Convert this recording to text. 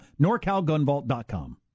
NorCalGunVault.com